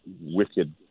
wicked